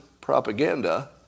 propaganda